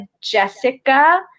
Jessica